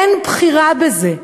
אין בחירה בזה.